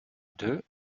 deux